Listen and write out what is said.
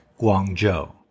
Guangzhou